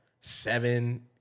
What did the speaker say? seven